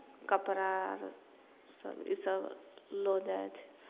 कपड़ा अर सभ ईसभ लऽ जाइ छियै